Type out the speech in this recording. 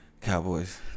Cowboys